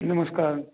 नमस्कार